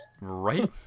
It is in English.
Right